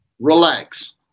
relax